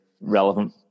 relevant